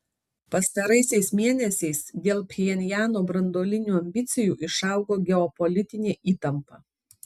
pastaraisiais mėnesiais dėl pchenjano branduolinių ambicijų išaugo geopolitinė įtampa